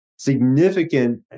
significant